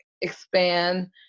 expand